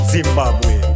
Zimbabwe